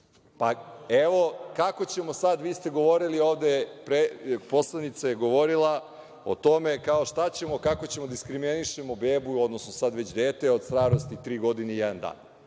Evo, kako ćemo sad, vi ste govorili ovde, poslanica je govorila o tome kao šta ćemo, kako ćemo da diskriminišemo bebu, odnosno sad već dete od starosti tri godine i jedan dan?